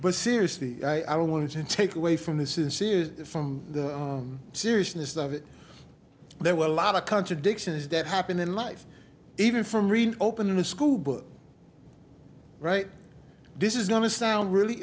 but seriously i don't want to take away from this is see is from the seriousness of it there were a lot of contradictions that happen in life even from opening the school book right this is going to sound really